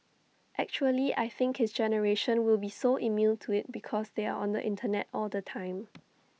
actually I think his generation will be so immune to IT because they're on the Internet all the time